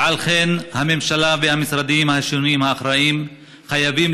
ועל כן הממשלה והמשרדים השונים האחראים חייבים